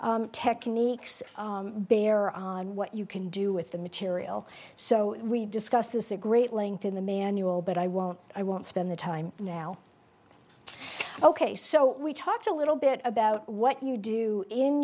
techniques bear on what you can do with the material so we discussed this a great length in the manual but i won't i won't spend the time now ok so we talked a little bit about what you do in